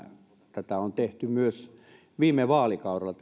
tätä työtä on tehty myös viime vaalikaudella